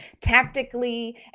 tactically